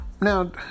Now